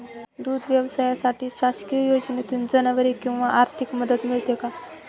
दूध व्यवसायासाठी शासकीय योजनेतून जनावरे किंवा आर्थिक मदत मिळते का?